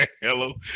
hello